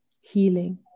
healing